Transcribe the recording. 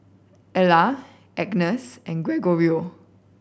Ela Agness and Gregorio